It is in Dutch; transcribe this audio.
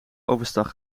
overstag